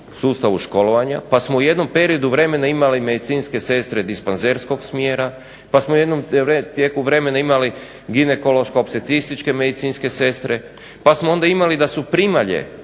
sustavu školovanja pa smo u jednom periodu vremena imali medicinske sestre dispanzerskog smjera pa smo u jednom tijeku vremena imali ginekološko-opstetrističke medicinske sestre, pa smo onda imali da su primalje